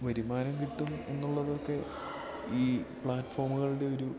വരുമാനം കിട്ടും എന്നുള്ളതൊക്കെ ഈ പ്ലാറ്റ്ഫോമുകളുടെ ഒരു